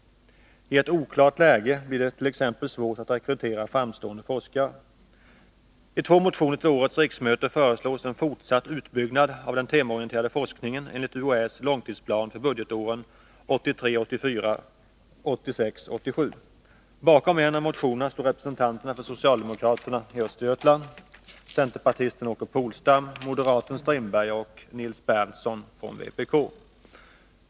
I ett oklart läge blir det t.ex. svårt att rekrytera framstående forskare. I två motioner till årets riksmöte föreslås en fortsatt utbyggnad av den temaorienterade forskningen enligt UHÄ:s långtidsplan för budgetåren Anslag till fakulte 1983 87. Bakom en av motionerna står representanter för socialdemokraterna i Östergötland, centerpartisten Åke Polstam, moderaten Per-Olof Strindberg och Nils Berndtson, vpk.